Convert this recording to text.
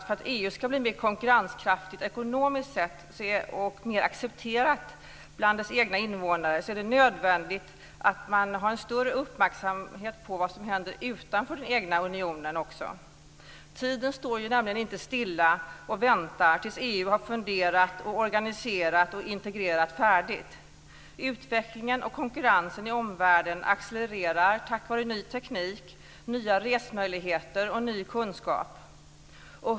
För att EU ska bli mer konkurrenskraftigt ekonomiskt sett och mer accepterat bland EU:s egna invånare är det nödvändigt med en större uppmärksamhet på vad som händer utanför den egna unionen. Tiden står inte stilla och väntar tills EU har funderat, organiserat och integrerat färdigt. Utvecklingen och konkurrensen i omvärlden accelererar tack vare ny teknik, nya resmöjligheter och ny kunskap.